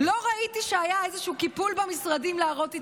"לא ראיתי שהיה איזשהו קיפול במשרדים להראות התייעלות.